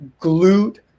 glute